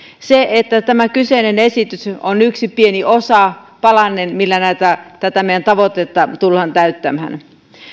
tämä kyseinen esitys on yksi pieni osa palanen millä tätä meidän tavoitettamme tullaan täyttämään